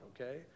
okay